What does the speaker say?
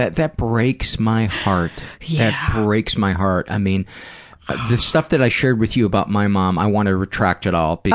that that breaks my heart. that breaks my heart. i mean the stuff that i shared with you about my mom, i want to retract it all. but